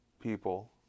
people